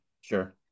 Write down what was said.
Sure